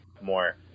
more